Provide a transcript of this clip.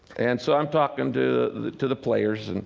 and so, i'm talking to the to the players, and